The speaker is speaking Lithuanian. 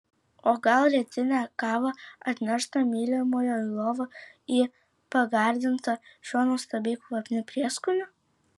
o gal rytinę kavą atneštą mylimojo į lovą į pagardintą šiuo nuostabiai kvapniu prieskoniu